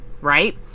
Right